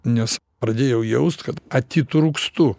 nes pradėjau jaust kad atitrūkstu